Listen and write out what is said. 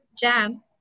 jam